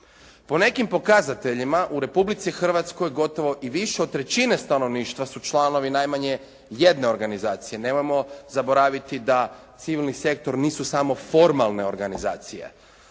Po nekim pokazateljima u Republici Hrvatskoj gotovo i više od trećine stanovništva su članovi najmanje jedne organizacije. Nemojmo zaboraviti da civilni sektor nisu samo formalne organizacije,